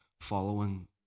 following